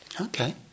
Okay